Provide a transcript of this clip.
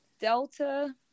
Delta